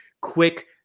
quick